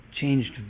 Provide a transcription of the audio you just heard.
changed